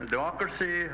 Democracy